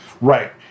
Right